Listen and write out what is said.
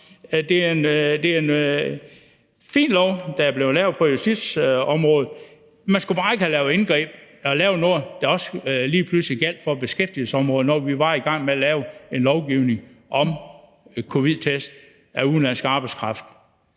Det er en fin lov, der er blevet lavet på justitsministerens område, men man skulle bare ikke have lavet noget, der lige pludselig også gjaldt for beskæftigelsesområdet, når vi var i gang med at lave en lovgivning om covid-19-test af udenlandsk arbejdskraft.